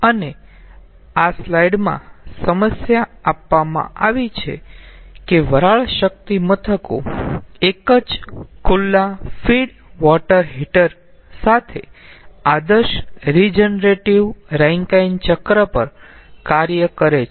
અને આ સ્લાઇડમાં સમસ્યા આપવામાં આવી છે કે વરાળ શક્તિ મથકો એક જ ખુલ્લા ફીડ વોટર હીટર સાથે આદર્શ રીજનરેટીવ રેન્કાઈન ચક્ર પર કાર્ય કરે છે